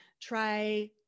try